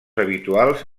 habituals